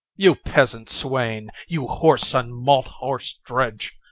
you peasant swain! you whoreson malt-horse drudge!